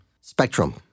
Spectrum